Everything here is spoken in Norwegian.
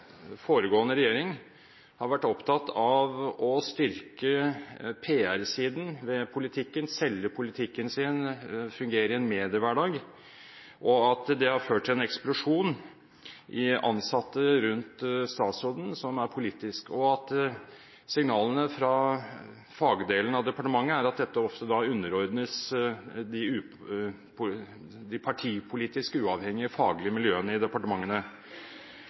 foregående regjering har vært opptatt av å styrke PR-siden ved politikken, selge politikken sin og fungere i en mediehverdag. Det har ført til en eksplosjon i antall politisk ansatte rundt statsråden, og signalene fra fagdelen av departementet er at dette ofte underordnes de partipolitisk uavhengige faglige miljøene i departementene.